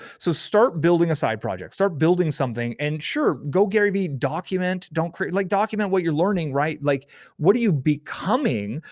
so start building a side project. start building something and sure, go garyvee document, document, don't create. like document what you're learning, right? like what are you becoming,